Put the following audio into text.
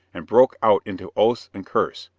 and broke out into oaths and curses,